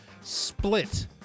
split